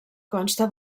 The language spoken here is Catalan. consta